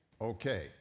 Okay